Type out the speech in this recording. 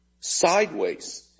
sideways